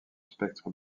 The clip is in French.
spectre